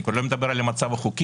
אני כבר לא מדבר על המצב החוקי,